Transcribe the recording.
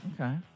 Okay